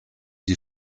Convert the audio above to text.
die